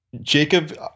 jacob